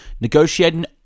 Negotiating